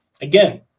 again